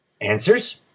Answers